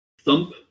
thump